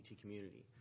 community